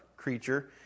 Creature